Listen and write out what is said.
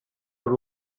per